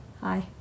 hi